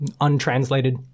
untranslated